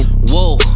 Whoa